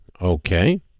Okay